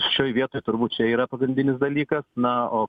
šioj vietoj turbūt čia yra pagrindinis dalykas na o